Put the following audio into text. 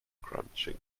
crunching